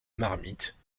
marmite